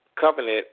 Covenant